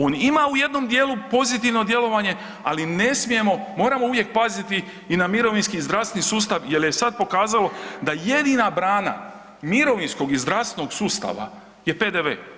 On ima u jednom dijelu pozitivno djelovanje, ali ne smijemo, moramo uvijek paziti i na mirovinski i zdravstveni sustav jer je sad pokazalo da jedina brana mirovinskog i zdravstvenog sustava je PDV.